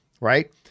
right